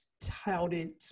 touted